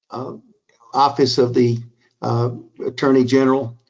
office of the attorney general,